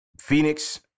Phoenix